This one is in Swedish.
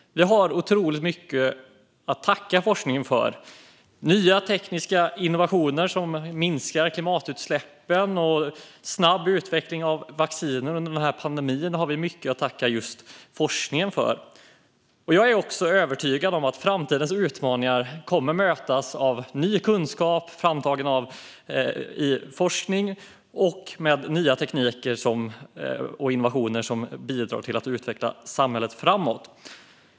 Vi har otroligt mycket att tacka forskningen för, till exempel nya tekniska innovationer som minskar klimatutsläpp och snabb utveckling av vacciner under pandemin. Jag är övertygad om att framtidens utmaningar kommer att mötas med ny kunskap framtagen genom forskning och med ny teknik och nya innovationer som bidrar till att utveckla samhället framåt.